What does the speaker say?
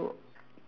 okay